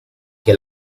che